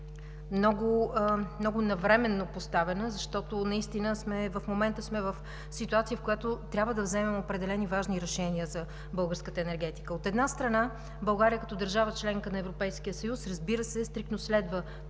много навременно поставена, защото наистина в момента сме в ситуация, в която трябва да вземем определени важни решения за българската енергетика. От една страна, България като държава – членка на Европейския съюз, разбира се, стриктно следва